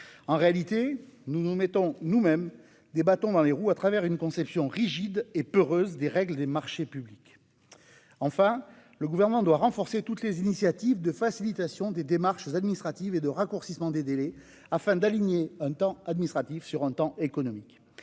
En réalité, nous nous mettons nous-mêmes des bâtons dans les roues à cause d'une conception rigide et peureuse des règles des marchés publics. D'autre part, le Gouvernement doit renforcer toutes les initiatives de facilitation des démarches administratives et de raccourcissement des délais, afin d'aligner le temps administratif sur le temps économique.